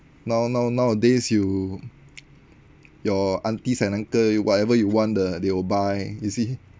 now now nowadays you your aunties and uncle whatever you want the they will buy you see